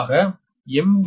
பொதுவாக எம்